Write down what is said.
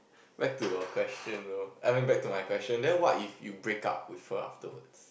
back to a question though I mean back to my question then what if you break up with her afterwards